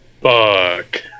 fuck